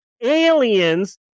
aliens